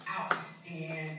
outstanding